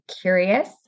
curious